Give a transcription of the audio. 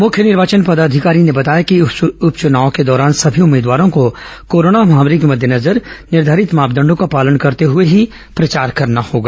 मुख्य निर्वाचन पदाधिकारी ने बताया कि इस उप चुनाव के दौरान सभी उम्मीदवारों को कोरोना महामारी के मद्देनजर निर्धारित मापदंडों का पालन करते हुए ही प्रचार करना होगा